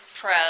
pro